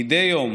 מדי יום,